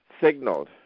signaled